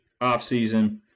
offseason